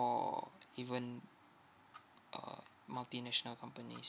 or even uh multinational companies